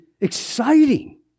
exciting